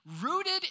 rooted